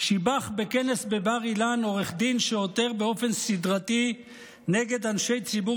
שיבח בכנס בבר אילן עורך דין שעותר באופן סדרתי נגד אנשי ציבור